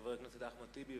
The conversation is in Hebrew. חבר הכנסת אחמד טיבי.